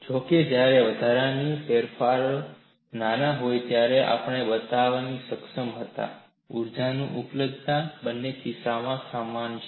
જો કે જ્યારે વધારાના ફેરફારો નાના હોય ત્યારે આપણે બતાવવા સક્ષમ હતા ઊર્જાની ઉપલબ્ધતા બંને કિસ્સોોમાં સમાન છે